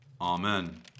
Amen